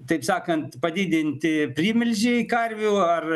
taip sakant padidinti primilžiai karvių ar